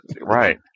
right